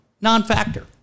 Non-factor